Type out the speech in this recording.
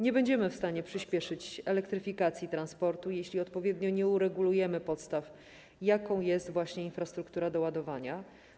Nie będziemy w stanie przyspieszyć elektryfikacji transportu, jeśli odpowiednio nie uregulujemy podstawy, jaką jest właśnie infrastruktura do ładowania.